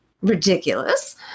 Ridiculous